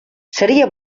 seria